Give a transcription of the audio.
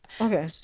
Okay